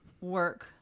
work